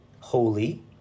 holy